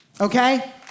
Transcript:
okay